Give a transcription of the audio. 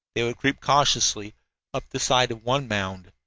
they would creep cautiously up the side of one mound,